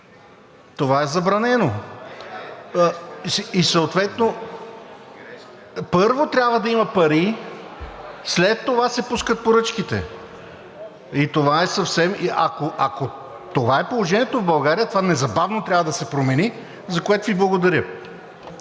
ГЕОРГИ ГАНЕВ: И съответно първо трябва да има пари, след това се пускат поръчките и това е съвсем... Ако това е положението в България, това незабавно трябва да се промени, за което Ви благодаря.